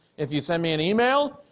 if you send me an email,